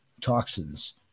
Toxins